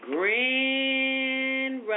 Grand